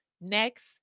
next